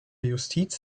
justiz